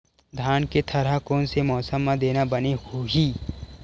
धान के थरहा कोन से मौसम म देना बने होही?